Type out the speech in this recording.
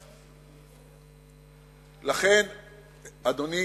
לכן, אדוני